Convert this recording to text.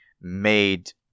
made